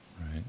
Right